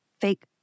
fake